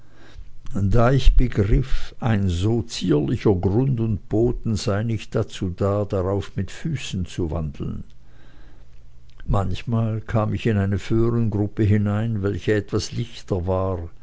da ich begriff ein so zierlicher grund und boden sei nicht dazu da darauf mit füßen zu wandeln manchmal kam ich in eine föhrengruppe hinein welche etwas lichter war